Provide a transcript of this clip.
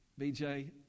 BJ